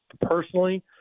personally